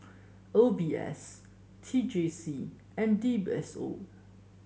O B S T J C and D S O